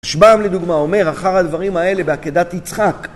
רשב"ם לדוגמה אומר, אחר הדברים האלה בעקדת יצחק